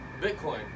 Bitcoin